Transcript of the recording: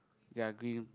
ya green